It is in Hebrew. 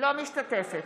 אינה משתתפת